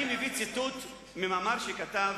אני מביא ציטוט ממאמר שכתב